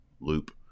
loop